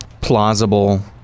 plausible